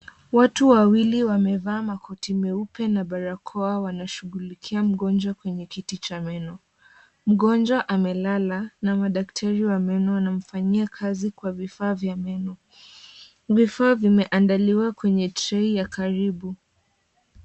Watu wawili wamevaa makoti meupe na barakoa wanashughulikia mgonjwa kwenye kiti cha meno, mgonjwa amelala na madaktari wa meno wanamfanyia kazi kwa vifaa vya meno . Vifaa vimeandaliwa kwenye tray ya karibu.